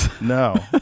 No